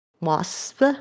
wasp